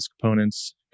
components